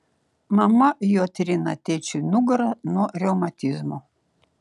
mama juo trina tėčiui nugarą nuo reumatizmo